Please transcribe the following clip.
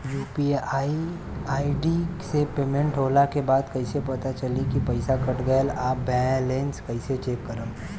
UPI ID से payment होला के बाद कइसे पता चली की पईसा कट गएल आ बैलेंस कइसे चेक करम?